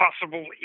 possible